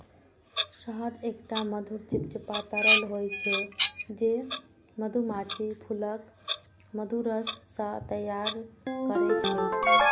शहद एकटा मधुर, चिपचिपा तरल होइ छै, जे मधुमाछी फूलक मधुरस सं तैयार करै छै